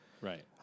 Right